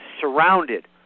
surrounded